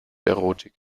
erotik